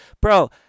bro